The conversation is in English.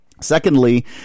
Secondly